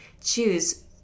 choose